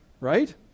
Right